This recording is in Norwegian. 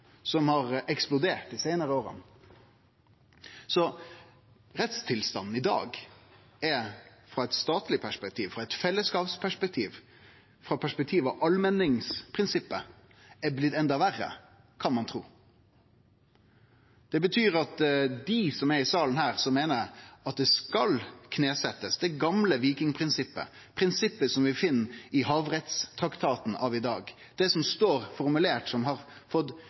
som har eksplodert dei seinare åra. Så rettstilstanden i dag er, frå eit statleg perspektiv, frå eit fellesskapsperspektiv, frå eit allmenningsprinsippsperspektiv, blitt enda verre, kan ein tru. Det betyr at dei i salen her som meiner at det gamle vikingprinsippet skal knesetjast – prinsippet som vi finn i Havrettstraktaten av i dag, som står formulert der, som